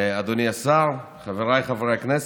אדוני השר, חבריי חברי הכנסת,